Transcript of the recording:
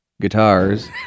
guitars